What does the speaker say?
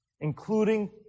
including